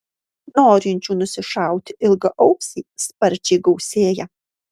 norinčių nusišauti ilgaausį sparčiai gausėja